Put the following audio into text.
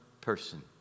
person